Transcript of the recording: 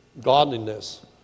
godliness